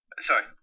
sorry